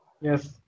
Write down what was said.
Yes